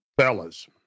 fellas